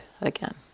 again